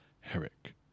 Herrick